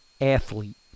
athlete